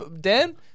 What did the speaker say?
Dan